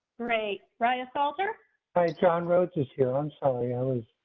great ryan salter by john rhodes issue. i'm sorry i was.